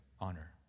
honor